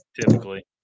typically